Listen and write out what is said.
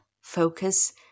focus